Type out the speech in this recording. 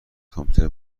کامپیوتر